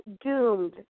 doomed